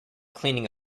cleaning